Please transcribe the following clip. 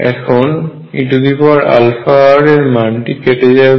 এখন e αr এর মানটি কেটে যাবে